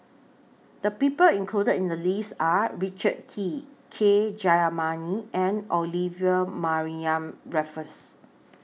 The People included in The list Are Richard Kee K Jayamani and Olivia Mariamne Raffles